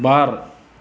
बार